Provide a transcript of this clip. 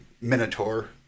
minotaur